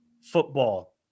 football